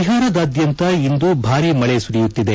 ಬಿಹಾರದಾದ್ಯಂತ ಇಂದು ಭಾರಿ ಮಳೆ ಸುರಿಯುತ್ತಿದೆ